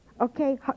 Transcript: Okay